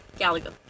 Galaga